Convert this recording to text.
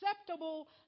acceptable